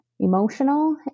Emotional